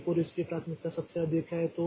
तो पी 4 इसकी प्राथमिकता सबसे अधिक है